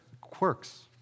quirks